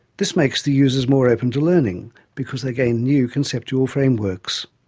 this makes the users more open to learning, because they gain new conceptual frameworks.